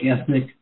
ethnic